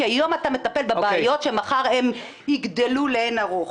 כי היום אתה מטפל בבעיות שמחר הן יגדלו לאין ערוך.